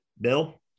Bill